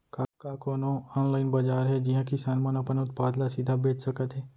का कोनो अनलाइन बाजार हे जिहा किसान मन अपन उत्पाद ला सीधा बेच सकत हे?